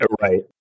Right